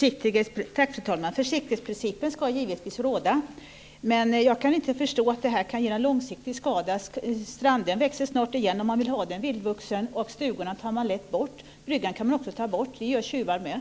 Fru talman! Försiktighetsprincipen ska givetvis råda. Men jag kan inte förstå hur detta kan ge en långsiktig skada. Stranden växer snart igen om man vill ha den vildvuxen och stugorna tar man lätt bort. Även bryggan kan tas bort. Det gör tjuvar också.